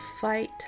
fight